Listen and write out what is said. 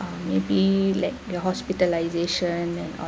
um maybe like the hospitalisation or